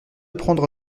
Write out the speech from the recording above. prendre